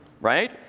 Right